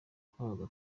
twabaga